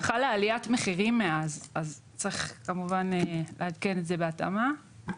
אז צריך לעדכן את זה בהתאמה,